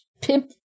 pimp